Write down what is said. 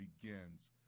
begins